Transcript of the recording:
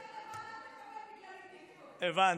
הבנתי,